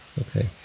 Okay